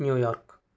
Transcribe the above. New York